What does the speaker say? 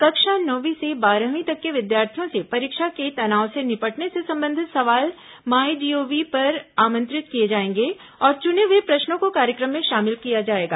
कक्षा नौवीं से बारहवीं तक के विद्यार्थियों से परीक्षा के तनाव से निपटने से संबंधित सवाल माईजीओवी पर आमंत्रित किए जाएंगे और चुने हुए प्रश्नों को कार्यक्रम में शामिल किया जाएगा